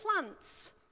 plants